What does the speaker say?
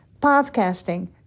Podcasting